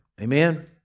Amen